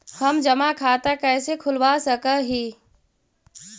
हम जमा खाता कैसे खुलवा सक ही?